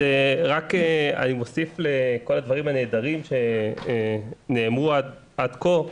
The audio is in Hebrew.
אני מוסיף לכל הדברים הנהדרים שנאמרו עד כה,